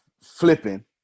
flipping